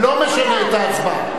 לא משנה את ההצבעה.